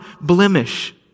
blemish